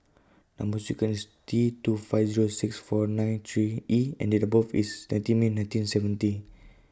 Number sequence T two five Zero six four nine three E and Date of birth IS nineteen May nineteen seventy